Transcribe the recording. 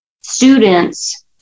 students